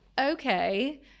okay